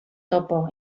topo